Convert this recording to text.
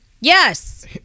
Yes